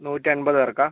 നൂറ്റൻപത് പേർക്കാണോ